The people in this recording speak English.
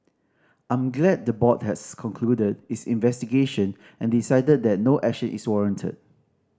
I'm glad the board has concluded its investigation and decided that no action is warranted